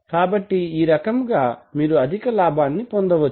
కాబట్టి ఈ రకముగా మీరు అధిక లాభాన్ని పొందవచ్చు